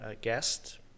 guest